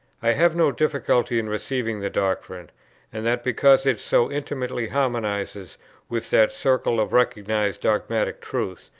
i have no difficulty in receiving the doctrine and that, because it so intimately harmonizes with that circle of recognized dogmatic truths,